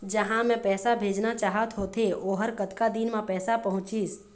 जहां मैं पैसा भेजना चाहत होथे ओहर कतका दिन मा पैसा पहुंचिस?